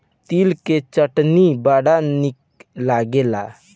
तिल के चटनी बड़ा निक लागेला